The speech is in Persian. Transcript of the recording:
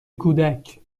کودک